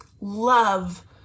love